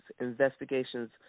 Investigations